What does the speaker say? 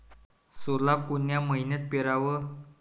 सोला कोन्या मइन्यात पेराव?